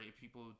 people